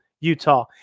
Utah